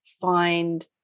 find